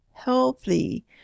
healthy